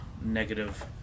negative